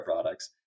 products